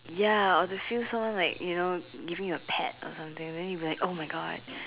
ya obviously someone like you know give me a pad or something then you'll be like !oh-my-God!